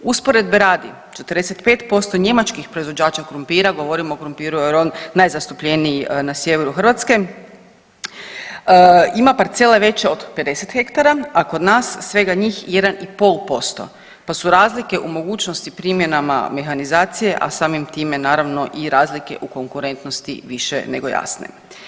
Usporedbe radi, 45% njemačkih proizvođača krumpira, govorim o krumpiru jer je on najzastupljeniji na sjeveru Hrvatske, ima parcele veće od 50 hektara, a kod nas svega njih 1,5%, pa su razlike u mogućnosti primjenama mehanizacije, a samim time naravno i razlike u konkurentnosti više nego jasne.